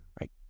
right